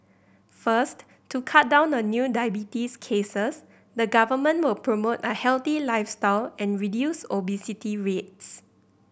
first to cut down the new diabetes cases the Government will promote a healthy lifestyle and reduce obesity rates